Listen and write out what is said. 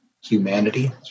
humanity